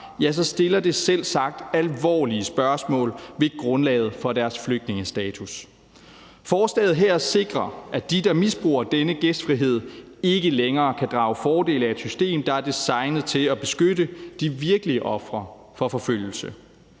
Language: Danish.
fra, så stiller det selvsagt alvorlige spørgsmål ved grundlaget for den persons flygtningestatus. Forslaget her sikrer, at de, der misbruger denne gæstfrihed, ikke længere kan drage fordel af et system, der er designet til at beskytte de virkelig ofre for forfølgelse.